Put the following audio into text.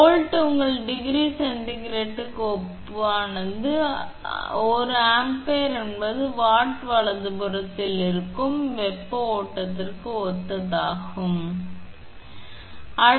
volt உங்கள் degree சென்டிகிரேடுக்கு ஒப்பானது ஒரு ஆம்பியர் என்பது வாட் வலதுபுறத்தில் இருக்கும் வெப்ப வெப்ப ஓட்டத்திற்கு ஒத்ததாகும் வெப்ப மின்தடை g நாம் மின் எதிர்ப்பை கருத்தில் கொள்கிறோம் மற்றும் மின் எதிர்ப்பிற்கு ஒப்பானது மற்றும் அலகுகள் ° 𝐶 mWatt அல்லது ° 𝐶 cmW மீட்டர் நீங்கள் சென்டிமீட்டருக்கும் மாற்றலாம்